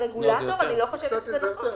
כרגולטור, אני לא חושבת שזה נכון.